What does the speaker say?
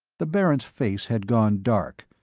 the baron's face had gone dark,